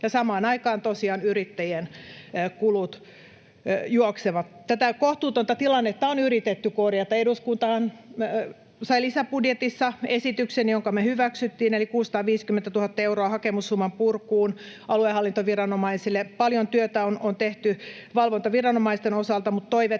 samaan aikaan tosiaan yrittäjien kulut juoksevat. Tätä kohtuutonta tilannetta on yritetty korjata. Eduskuntahan sai lisäbudjetissa esityksen, joka me hyväksyttiin, eli 650 000 euroa hakemussuman purkuun aluehallintoviranomaisille. Paljon työtä on tehty valvontaviranomaisten osalta, mutta toimet